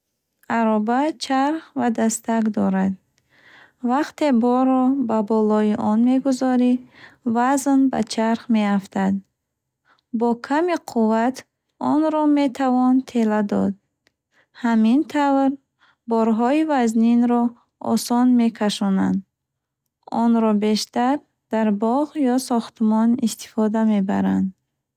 Ароба чарх ва дастак дорад. Вақте борро ба болои он мегузорӣ, вазн ба чарх меафтад. Бо ками қувват онро метавон тела дод. Ҳамин тавр, борҳои вазнинро осон мекашонанд. Онро бештар дар боғ ё сохтмон истифода мебаранд.